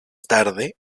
tarde